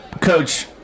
Coach